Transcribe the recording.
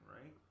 right